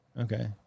Okay